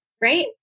right